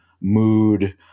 mood